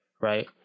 right